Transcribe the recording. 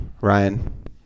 Ryan